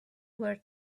were